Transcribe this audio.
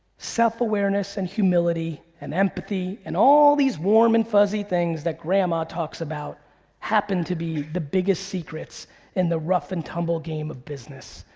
self awareness and humility and empathy and all these warm and fuzzy things that grandma talks about happen to be the biggest secrets in the rough and tumble game of business.